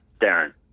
Darren